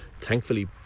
thankfully